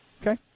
Okay